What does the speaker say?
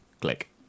click